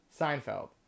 Seinfeld